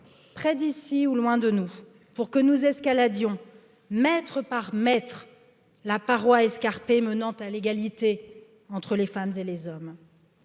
Près d'ici ou loin de nous, pour que nous escalades mètre par mètre paroi escarpée menant à l'égalité entre la, les femmes et les hommes,